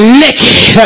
naked